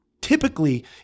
typically